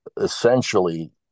essentially